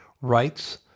rights